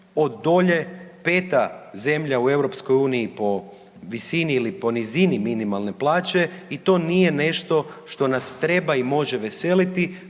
od dolje 5 zemlja u EU po visini ili po nizini minimalne plaće i to nije nešto što nas treba i može veseliti